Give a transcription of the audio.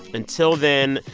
until then,